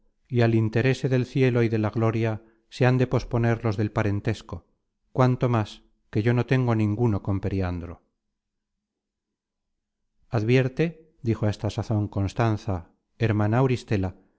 y al interese del cielo y de la gloria se han de posponer los del parentesco cuanto más que yo no tengo ninguno con periandro advierte dijo á esta sazon constanza hermana auristela